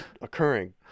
occurring